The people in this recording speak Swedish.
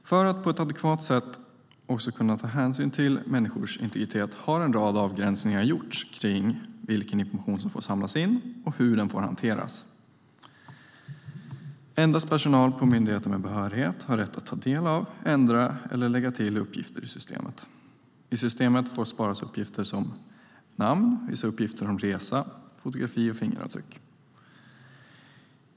För att på ett adekvat sätt också kunna ta hänsyn till människors integritet har en rad avgränsningar gjorts kring vilken information som får samlas in och hur den får hanteras. Endast personal på myndigheter med behörighet har rätt att ta del av, ändra eller lägga till uppgifter i systemet. I systemet får sparas uppgifter som namn, vissa uppgifter om resa, fotografi och fingeravtryck.